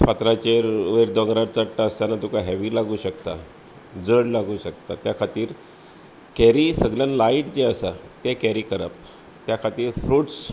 फातराचे वयर दोंगरार चडटा आसताना तुका हॅवी लागूं शकता जड लागूं शकता त्या खातीर कॅरी सगलें लायट जें आसा तें कॅरी करप त्या खातीर फ्रुट्स